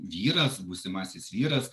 vyras būsimasis vyras